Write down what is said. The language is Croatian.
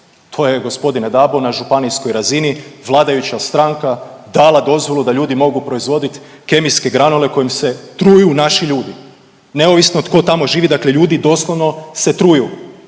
to je g. Dabo na županijskoj razini, vladajuća stranka dala dozvolu da ljudi mogu proizvodit kemijske granule kojim se truju naši ljudi, neovisno tko tamo žive, dakle ljudi doslovno se truju.